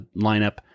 lineup